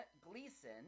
Gleason